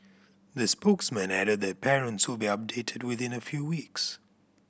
the spokesman added that parents will be updated within a few weeks